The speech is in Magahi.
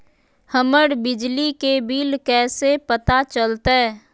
हमर बिजली के बिल कैसे पता चलतै?